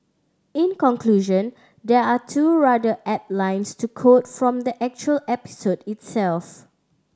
in conclusion there are two rather apt lines to quote from the actual episode itself